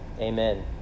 Amen